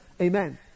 amen